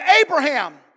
Abraham